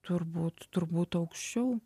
turbūt turbūt aukščiau